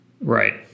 Right